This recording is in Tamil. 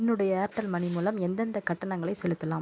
என்னுடைய ஏர்டெல் மணி மூலம் எந்தெந்தக் கட்டணங்களைச் செலுத்தலாம்